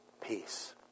peace